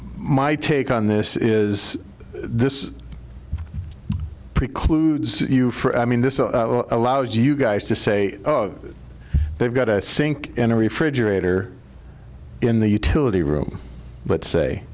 my take on this is this precludes you from i mean this allows you guys to say they've got a sink in a refrigerator in the utility room but say